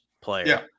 player